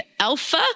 Alpha